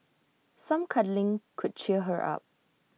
some cuddling could cheer her up